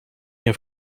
have